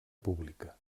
pública